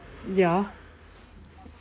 ya